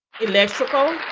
electrical